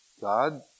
God